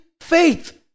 faith